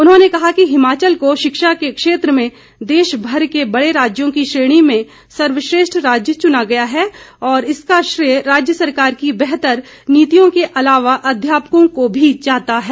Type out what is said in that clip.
उन्होंने कहा कि हिमाचल को शिक्षा के क्षेत्र में देशभर के बड़े राज्यों की श्रेणी में सर्वश्रेष्ठ राज्य चुना गया है और इसका श्रेय राज्य सरकार की बेहतर नीतियों के अलावा अध्यापकों को भी जाता है